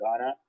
Ghana